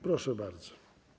Proszę bardzo.